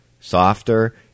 softer